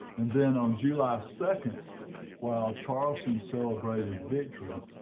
and then on july second while charleston celebrated victory,